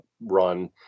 run